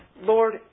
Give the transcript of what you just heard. Lord